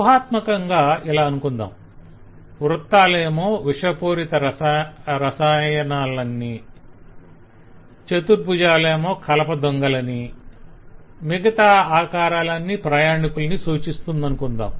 ఉహాత్మకంగా ఇలా అనుకొందాం వృత్తాలేమో విషపూరిత రసాయనాల్ని చతుర్భుజాలేమో కలప దుంగలని మిగతా ఆకారాలన్నీ ప్రయాణికుల్ని సూచిస్తుందనుకొందాం